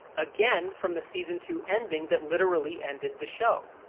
again from the season two ending that literally ended the show.